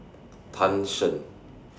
Tan Shen